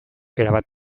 erabat